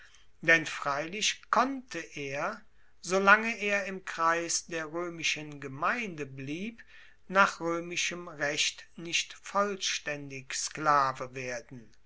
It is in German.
denn freilich konnte er so lange er im kreis der roemischen gemeinde blieb nach roemischem recht nicht vollstaendig sklave werden